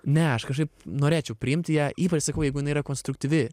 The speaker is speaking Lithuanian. ne aš kažkaip norėčiau priimti ją ypač sakau jeigu jinai yra konstruktyvi